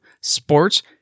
sports